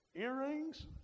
earrings